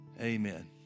amen